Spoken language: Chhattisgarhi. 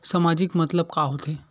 सामाजिक मतलब का होथे?